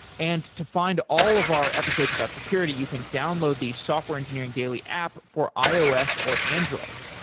and to find all of our episodes about security, you can download the software engineering daily app for ios or android.